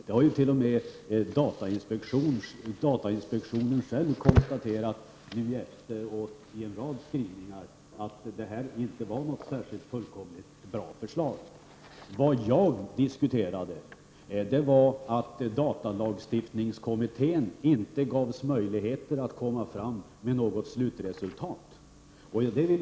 Datainspektionen har i en rad skrivningar nu efteråt själv konstaterat att det inte var ett särskilt bra förslag. Jag sade att datalagstiftningskommittén inte gavs möjligheter att komma fram med något slutresultat.